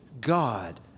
God